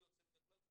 בלי יוצאי מן הכלל,